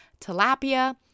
tilapia